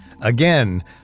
Again